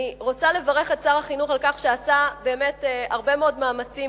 אני רוצה לברך את שר החינוך על כך שעשה באמת הרבה מאוד מאמצים